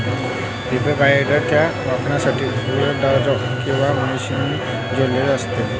reaper binder त्याच्या वापरासाठी गुरेढोरे किंवा मशीनशी जोडलेले असते